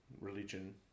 religion